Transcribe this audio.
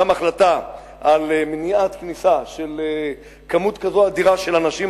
גם ההחלטה על מניעת כניסה של כמות כזאת אדירה של אנשים.